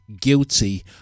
guilty